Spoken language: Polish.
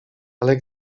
ale